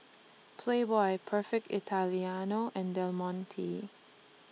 Playboy Perfect Italiano and Del Monte